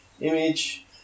image